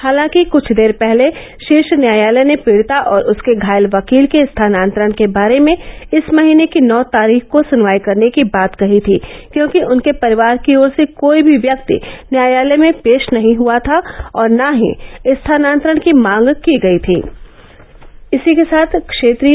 हालांकि ्कुछ देर पहले शीर्ष न्यायालय ने पीड़िता और उसके घायल वकील के स्थानांतरण के बारे में इस महीने की नौ तारीँख को सुनवाई करने की बात कही थी क्योंकि उनके परिवार की ओर से कोई भी व्यक्ति न्यायालय में पेश नहीं हुआ था और न ही स्थानांतरण की मांग की थी